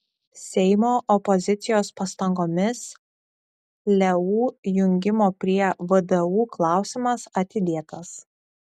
seimo opozicijos pastangomis leu jungimo prie vdu klausimas atidėtas